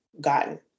gotten